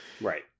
Right